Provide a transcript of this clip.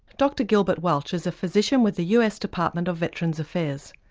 dr gilbert welch is a physician with the us department of veterans affairs.